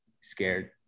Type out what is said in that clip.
scared